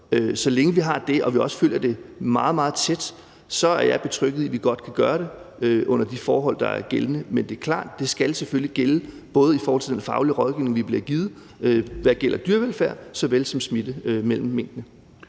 følger det meget, meget tæt, så er jeg betrygget i, at vi godt kan gøre det under de forhold, der er gældende. Men det er klart, at det selvfølgelig skal gælde i forhold til den faglige rådgivning, vi bliver givet, hvad angår dyrevelfærd såvel som smitte mellem minkene.